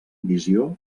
visió